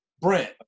Brent